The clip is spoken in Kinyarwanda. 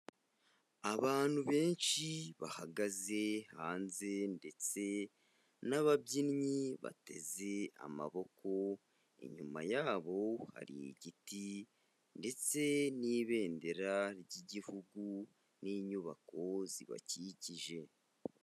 Abantu benshi bahagaze hanze ndetse n'ababyinnyi bateze amaboko, inyuma yabo hari igiti ndetse n'ibendera ry'igihugu n'inyubako zibakikije.